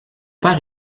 pas